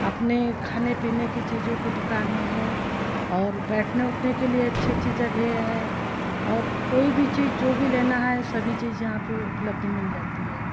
अपने खाने पीने की चीज़ों की दुकाने है और बैठने उठने के लिए अच्छी अच्छी जगेह है और कोई भी चीज़ जो भी लेना है सभी चीज़ यहाँ पर उपलब्ध मिल जाती है